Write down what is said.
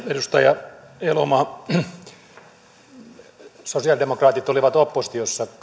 edustaja elomaa sosialidemokraatit olivat oppositiossa